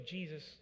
Jesus